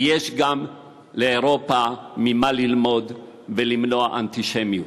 ויש גם לאירופה ממה ללמוד ולמנוע אנטישמיות.